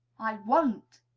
i won't!